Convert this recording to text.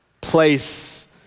place